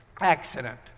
accident